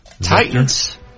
Titans